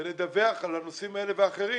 ולדווח על הנושאים האלה והאחרים